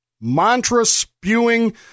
mantra-spewing